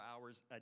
hours